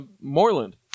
Moreland